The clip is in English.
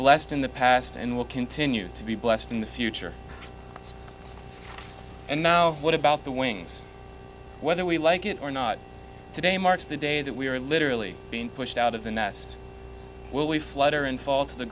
blessed in the past and will continue to be blessed in the future and now what about the wings whether we like it or not today marks the day that we are literally being pushed out of the nest will we flutter and fall to the